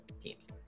teams